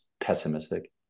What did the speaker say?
pessimistic